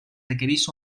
requereix